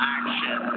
action